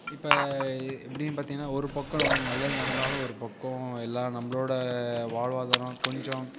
இப்போ எப்படின்னு பார்த்தீங்கன்னா ஒரு பக்கம் நமக்கு நல்லது நடந்தாலும் ஒரு பக்கம் எல்லாம் நம்மளோட வாழ்வாதாரம் கொஞ்சம்